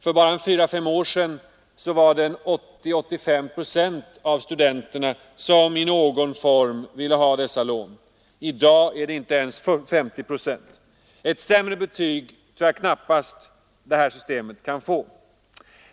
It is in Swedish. För fyra till fem år sedan var det 80—85 procent av studenterna som ville ha dessa lån i någon form. I dag är det inte ens 50 procent. Ett sämre betyg tror jag knappast detta system kan få.